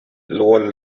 lower